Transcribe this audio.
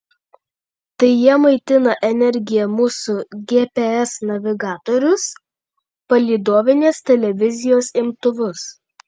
tai jie maitina energija mūsų gps navigatorius palydovinės televizijos imtuvus